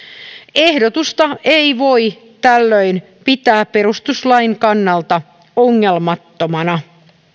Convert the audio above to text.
ehdotusta ei voi tällöin pitää perustuslain kannalta ongelmattomana